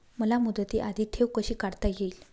मला मुदती आधी ठेव कशी काढता येईल?